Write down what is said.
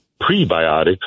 prebiotics